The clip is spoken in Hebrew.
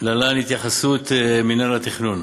להלן התייחסות מינהל התכנון.